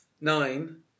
Nine